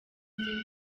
n’izindi